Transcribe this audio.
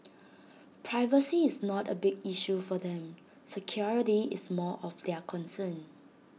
privacy is not A big issue for them security is more of their concern